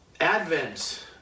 advent